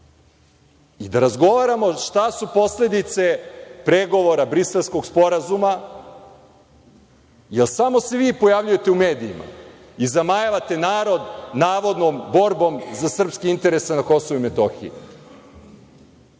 i da razgovaramo šta su posledice pregovora, Briselskog sporazuma. Samo se vi pojavljujete u medijima i zamajavate narod navodnom borbom za srpske interese na Kosovu i Metohiji.